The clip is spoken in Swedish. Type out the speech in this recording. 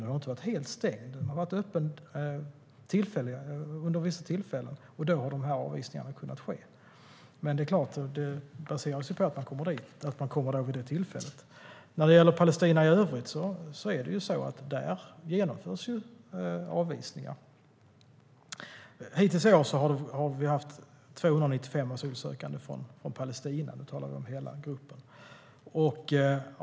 Den har inte varit helt stängd, utan den har varit öppen under vissa tillfällen, och då har avvisningar dit kunnat ske. Men en förutsättning är förstås att man kommer dit och kan vara där vid det tillfället. När det gäller Palestina i övrigt genomförs avvisningar. Hittills i år har vi haft 295 asylsökande från Palestina. Då talar vi om hela gruppen.